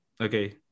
Okay